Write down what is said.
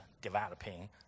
developing